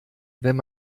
wenn